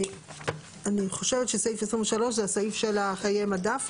אני חושבת שסעיף 23 זה הסעיף של חיי המדף,